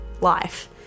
life